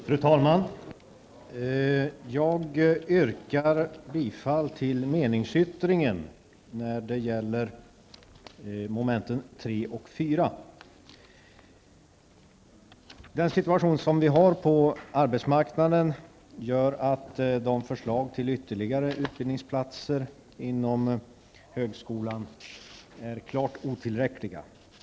Fru talman! Jag yrkar bifall till meningsyttringen beträffande mom. 3 och 4. Den situation som råder på arbetsmarknaden gör att förslagen till ytterligare utbildningsplatser på högskolan är klart otillräckliga.